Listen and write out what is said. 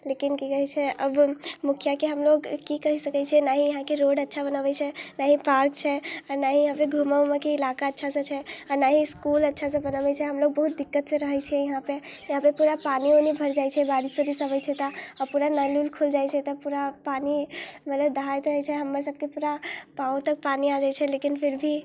लेकिन कि कहै छै अब मुखिआके हमलोक कि कहि सकै छिए नहि इहाँके रोड अच्छा बनबै छै नहि पार्क छै आओर नहि इहाँपर घुमै उमैके इलाका अच्छासँ छै आओर नहि इसकुल अच्छासँ पढ़बै छै हमलोक बहुत दिक्कतसँ रहै छिए इहाँपर इहाँपर पूरा पानी उनी भरि जाइ छै बारिश उरिश अबै छै तऽ पूरा नल उल खुलि जाइ छै तऽ पूरा पानी मतलब दहाइत रहै छै हमरसबके पूरा पाँव तक पानी आ जाइ छै लेकिन फिरभी